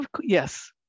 Yes